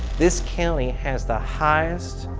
this county has the highest,